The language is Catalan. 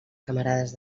camarades